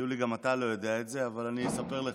יולי, גם אתה לא יודע את זה, אבל אני אספר לך.